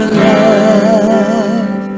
love